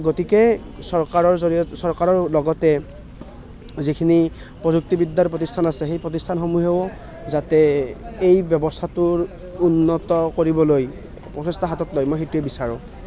গতিকে চৰকাৰৰ জৰিয়তে চৰকাৰৰ লগতে যিখিনি প্ৰযুক্তিবিদ্যাৰ প্ৰতিষ্ঠান আছে সেই প্ৰতিষ্ঠানসমূহেও যাতে এই ব্যৱস্থাটোৰ উন্নত কৰিবলৈ প্ৰচেষ্টা হাতত লয় মই সেইটোৱে বিচাৰোঁ